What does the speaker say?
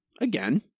again